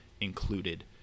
included